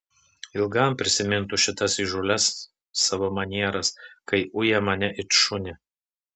ilgam prisimintų šitas įžūlias savo manieras kai uja mane it šunį